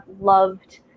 loved